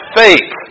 faith